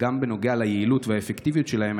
וגם בנוגע ליעילות ולאפקטיביות שלהם,